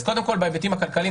קודם כול בהיבטים הכלכליים.